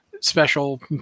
special